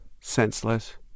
senseless